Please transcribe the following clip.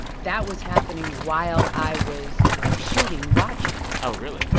that was happening while i was shooting watchmen. oh, really?